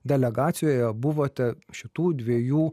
delegacijoje buvote šitų dviejų